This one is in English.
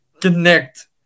connect